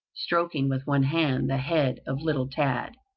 stroking with one hand the head of little tad.